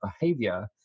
behavior